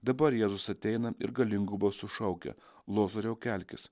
dabar jėzus ateina ir galingu balsu šaukia lozoriau kelkis